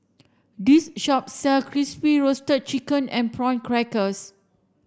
this shop sell crispy roasted chicken with prawn crackers